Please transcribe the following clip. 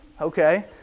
okay